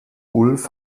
ulf